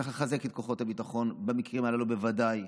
צריך לחזק את כוחות הביטחון, במקרים האלה בוודאי.